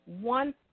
one